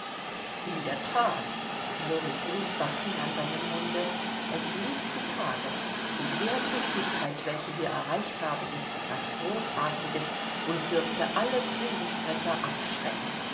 in der that lori griesbach hing an seinem munde es liegt zu tage die wehrtüchtigkeit welche wir erreicht haben ist etwas großartiges und dürfte alle friedensbrecher abschrecken